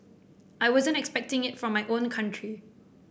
I wasn't expecting it from my own country